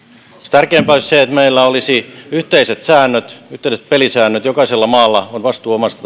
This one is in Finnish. tärkeämpää olisi se että meillä olisi yhteiset säännöt yhteiset pelisäännöt jokaisella maalla on vastuu omasta